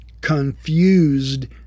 confused